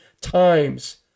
times